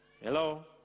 Hello